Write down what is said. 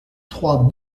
trois